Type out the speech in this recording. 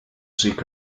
seek